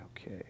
Okay